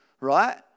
right